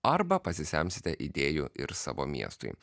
arba pasisemsite idėjų ir savo miestui